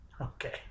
Okay